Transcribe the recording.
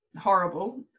horrible